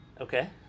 Okay